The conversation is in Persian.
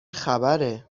خبره